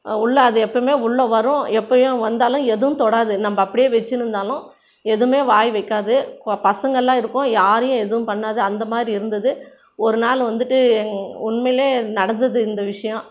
உள்ளே அது எப்பயுமே உள்ளே வரும் எப்பயும் வந்தாலும் எதுவும் தொடாது நம்ம அப்படியே வைச்சுனு இருந்தாலும் எதுவுமே வாய் வைக்காது பசங்கெலாம் இருக்கோம் யாரையும் எதுவும் பண்ணாது அந்த மாதிரி இருந்தது ஒரு நாள் வந்துட்டு உண்மையிலே நடந்தது இந்த விஷயம்